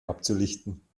abzulichten